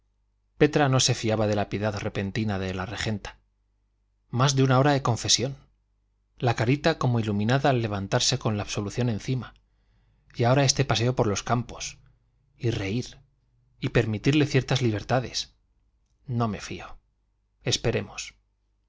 petra no se fiaba de la piedad repentina de la regenta más de una hora de confesión la carita como iluminada al levantarse con la absolución encima y ahora este paseo por los campos y reír y permitirle ciertas libertades no me fío esperemos